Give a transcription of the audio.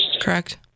correct